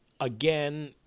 again